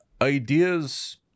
Ideas